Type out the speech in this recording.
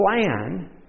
plan